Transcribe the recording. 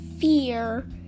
fear